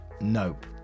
nope